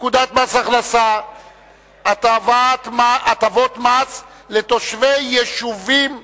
פקודת מס הכנסה (הטבות מס לתושבי יישובים בגולן),